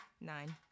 Nine